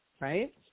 right